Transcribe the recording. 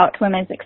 women's